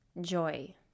joy